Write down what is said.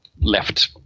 left